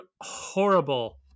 horrible